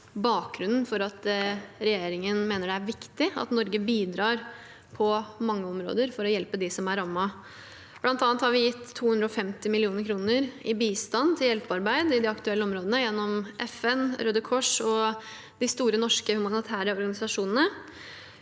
bakgrunnen for at regjeringen mener det er viktig at Norge bidrar på mange områder for å hjelpe dem som er rammet. Vi har bl.a. gitt 250 mill. kr i bistand til hjelpearbeid i de aktuelle områdene gjennom FN, Røde Kors og de store norske humanitære organisasjonene.